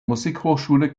musikhochschule